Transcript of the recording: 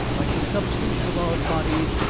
like the substance of our bodies,